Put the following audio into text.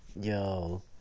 Yo